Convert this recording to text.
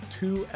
two